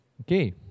Okay